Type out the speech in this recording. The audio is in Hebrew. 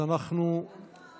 אז אם כך,